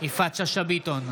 יפעת שאשא ביטון,